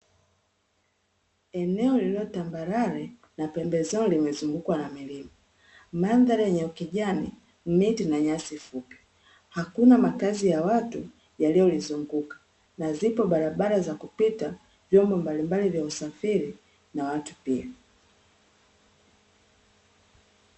Eneo lililo tambarare na pembezoni limezungukwa na milima, mandhari yenye ukijani, miti, na nyasi fupi. Hakuna makazi ya watu yaliyolizunguka, na zipo barabara za kupita, vyombo mbalimbali vya usafiri, na watu pia.